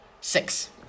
Six